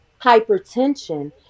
hypertension